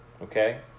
Okay